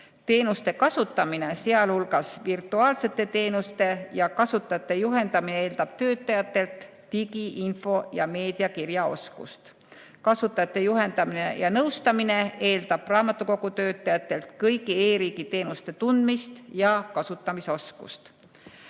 Teenuste kasutamine, sealhulgas virtuaalsete teenuste kasutajate juhendamine eeldab töötajatelt digiinfo- ja meediakirjaoskust. Kasutajate juhendamine ja nõustamine eeldab raamatukogutöötajatelt kõigi e-riigi teenuste tundmist ja kasutamise